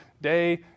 day